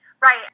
right